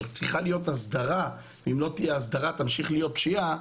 אבל צריכה להיות הסדרה ואם לא תהיה הסדרה תמשיך להיות פשיעה,